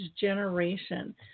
Generation